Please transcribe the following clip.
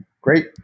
Great